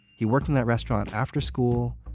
he worked in that restaurant, after school,